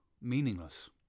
meaningless